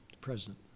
president